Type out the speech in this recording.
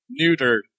neutered